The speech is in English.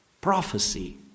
prophecy